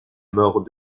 mort